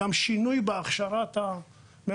שכללה שינוי בהכשרה של המאבטחים,